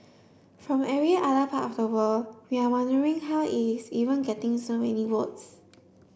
from every other part of the world we are wondering how is even getting so many votes